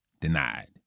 denied